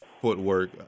footwork